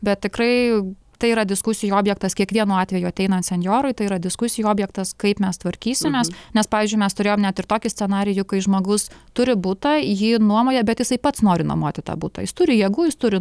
bet tikrai tai yra diskusijų objektas kiekvienu atveju ateinant senjorui tai yra diskusijų objektas kaip mes tvarkysimės nes pavyzdžiui mes turėjom net ir tokį scenarijų kai žmogus turi butą jį nuomoja bet jisai pats nori nuomoti tą butą jis turi jėgų jis turi